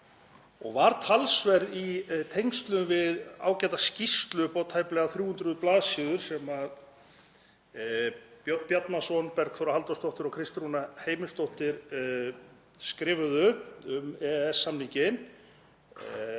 og var talsverð í tengslum við ágæta skýrslu upp á tæplega 300 blaðsíður sem Björn Bjarnason, Bergþóra Halldórsdóttir og Kristrún Heimisdóttir skrifuðu um EES-samninginn,